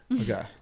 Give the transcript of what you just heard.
okay